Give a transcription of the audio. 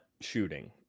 shooting